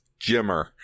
Jimmer